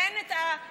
תן את הסיווג.